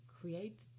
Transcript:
create